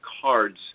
Cards